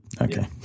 okay